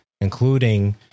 Including